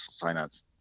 finance